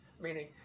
Meaning